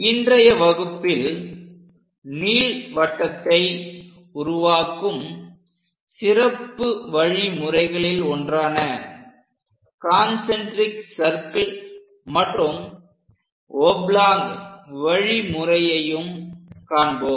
இன்றைய வகுப்பில் நீள்வட்டத்தை உருவாக்கும் சிறப்பு வழி முறைகளில் ஒன்றான கான்செண்ட்ரிக் சர்கிள் மற்றும் ஒப்லாங் வழி முறையையும் காண்போம்